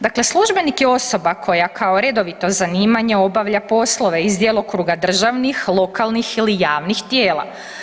Dakle, službenik je osoba koja kao redovito zanimanje obavlja poslove iz djelokruga državnih, lokalnih ili javnih tijela.